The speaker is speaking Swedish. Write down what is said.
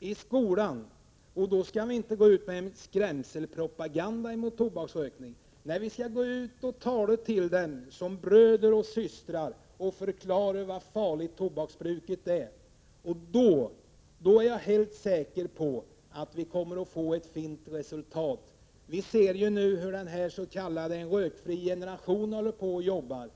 i skolan. Då skall vi inte gå ut med skrämselpropaganda mot tobaksrökning, utan vi skall gå ut och tala med dem som bröder och systrar och förklara hur farligt tobaksbruket är. Jag är helt säker på att vi då kommer att få ett bra resultat. Vi ser ju nu hur den s.k. rökfria generationen arbetar.